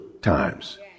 times